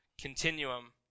continuum